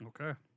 Okay